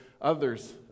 others